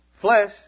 Flesh